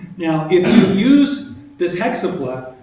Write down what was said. now if you use this hexapla,